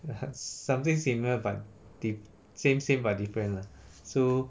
something similar but dif~ same same but different lah so